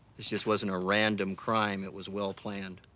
this just wasn't a random crime, it was well-planned.